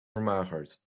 vermagerd